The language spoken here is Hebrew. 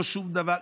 לא שום דבר?